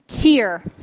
Cheer